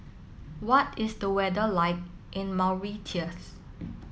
what is the weather like in Mauritius